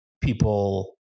people